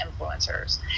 influencers